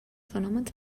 fenòmens